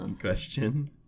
Question